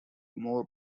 more